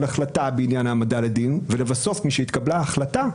החלטה בעניין העמדה לדין ולבסוף משהתקבלה ההחלטה,